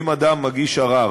אם אדם מגיש ערר